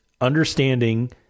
understanding